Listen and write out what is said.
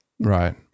Right